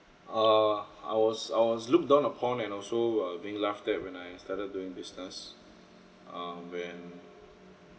uh I was I was looked down upon and also uh being laughed at when I started doing business um when